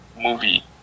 movie